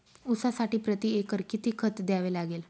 ऊसासाठी प्रतिएकर किती खत द्यावे लागेल?